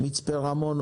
מצפה רמון,